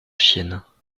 chiennes